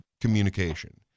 communication